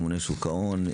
ממונה שוק ההון,